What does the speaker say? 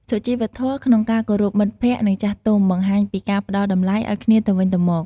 សុជីវធម៌ក្នុងការគោរពមិត្តភក្តិ និងចាស់ទុំបង្ហាញពីការផ្ដល់តម្លៃឱ្យគ្នាទៅវិញទៅមក។